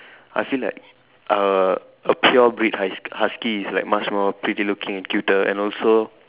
I feel like uh a pure breed husk~ husky is like much more pretty looking and cuter and also